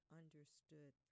understood